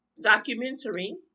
documentary